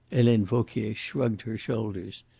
helene vauquier shrugged her shoulders.